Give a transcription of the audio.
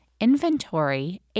inventory